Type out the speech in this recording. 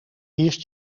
eerst